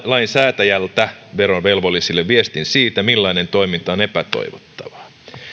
lainsäätäjältä verovelvollisille viestin siitä millainen toiminta on epätoivottavaa